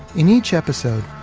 in each episode,